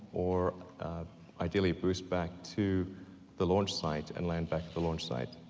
or ideally a boost back to the launch site and land back at the launch site,